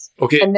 Okay